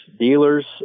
dealers